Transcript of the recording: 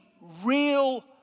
real